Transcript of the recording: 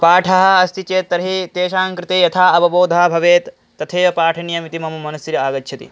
पाठः अस्ति चेत् तर्हि तेषां कृते यथा अवबोधनं भवेत् तथैव पाठनीयमिति मम मनसि आगच्छति